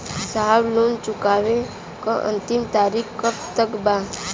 साहब लोन चुकावे क अंतिम तारीख कब तक बा?